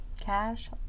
cash